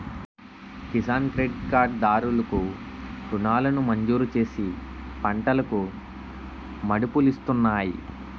Kisan credit card దారులు కు రుణాలను మంజూరుచేసి పంటలకు మదుపులిస్తున్నాయి